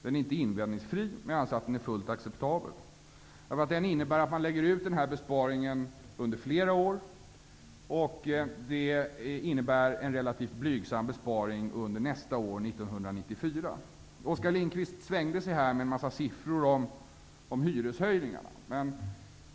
Den är inte invändningsfri, men jag anser att den är fullt acceptabel. Den innebär att man lägger ut besparingen under flera år, och det innebär en relativt blygsam besparing under nästa år, 1994. Oskar Lindkvist svängde sig med en mängd siffror om hyreshöjningarna.